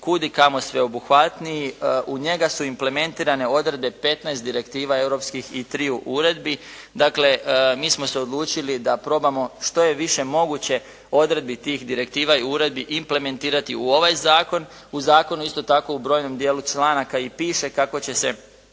kud i kamo sveobuhvatniji. U njega su implementirane odredbe 15 direktiva europskih i triju uredbi. Dakle, mi smo se odlučili da probamo što je više moguće odredbi tih direktiva i uredbi implementirati u ovaj zakon. U zakonu isto tako u brojnom dijelu članaka i piše kako će se